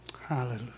Hallelujah